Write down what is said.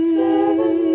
seven